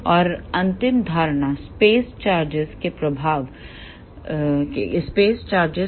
और अंतिम धारणा स्पेस चार्जेस के प्रभाव नेगलिजिबल हैं